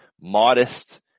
Modest